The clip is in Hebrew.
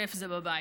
כיף זה בבית.